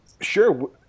sure